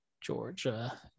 Georgia